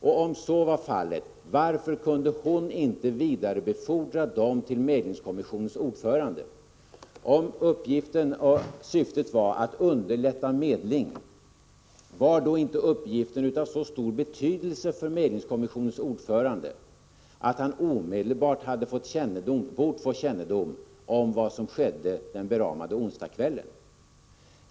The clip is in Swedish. Och om så var fallet, varför kunde arbetsmarknadsministern inte vidarebefordra den här uppgiften till medlingskommissionens ordförande? Om syftet var att underlätta medling, var då inte uppgifterna av så stor betydelse för medlingskommissionens ordförande, att han omedelbart borde ha fått kännedom om vad som skedde den ifrågavarande onsdagskvällen?